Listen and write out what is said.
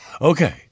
Okay